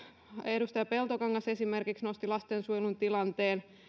edustaja peltokangas nosti myös esille lastensuojelun tilanteen